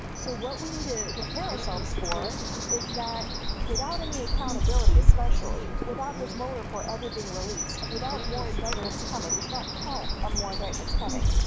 so what we need to prepare ourselves for is that without any accountability, especially without this mueller report ever being released, without more indictments coming, we should not count on more indictments coming.